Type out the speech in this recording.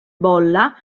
bolla